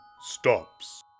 stops